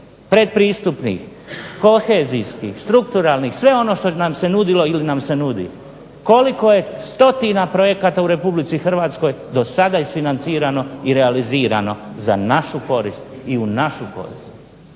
pretpristupnih, kohezijskih, strukturalnih i sve ono što nam se nudilo ili nam se nudi. Koliko je stotina projekata u Republici Hrvatskoj do sada isfinancirano i realizirano u našu korist i u našu korist.